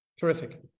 Terrific